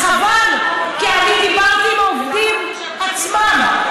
אז חבל, כי אני דיברתי עם העובדים עצמם.